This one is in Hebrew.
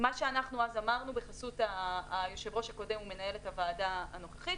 מה שאנחנו אז אמרנו בחסות היושב-ראש הקודם ומנהלת הוועדה הנוכחית,